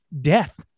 death